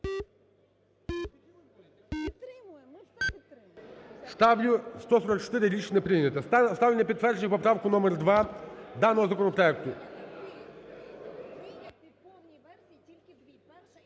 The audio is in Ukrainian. Ставлю... 144, рішення не прийнято. Ставлю на підтвердження поправку номер 2 даного законопроекту.